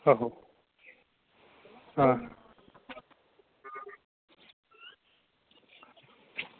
आहो हां